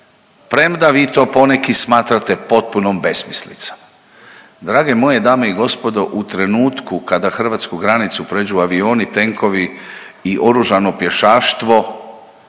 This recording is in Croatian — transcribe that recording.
premda vi to poneki smatrate potpunom besmislicom. Drage moje dame i gospodo, u trenutku kada Hrvatsku granicu pređu avioni, tenkovi i oružano pješaštvo,